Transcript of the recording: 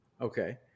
Okay